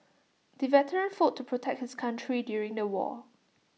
the veteran fought to protect his country during the war